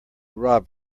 rob